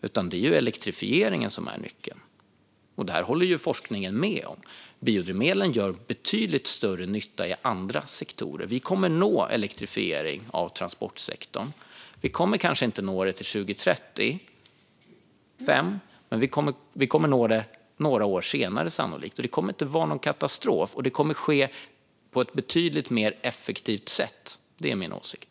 Det är i stället elektrifieringen som är nyckeln, och det håller forskningen med om. Biodrivmedel gör betydligt större nytta i andra sektorer. Vi kommer att uppnå elektrifiering av transportsektorn. Vi kommer kanske inte att uppnå det till 2035, men vi kommer sannolikt att nå dit några år senare och det kommer inte att vara någon katastrof. Det kommer att ske på ett betydligt mer effektivt sätt. Det är min åsikt.